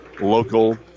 local